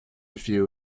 few